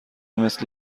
مثل